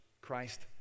christ